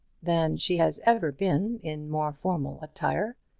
than she has ever been in more formal attire?